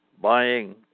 buying